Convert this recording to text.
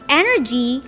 energy